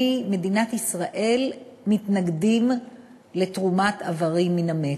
מדינת ישראל מתנגדים לתרומת איברים מן המת,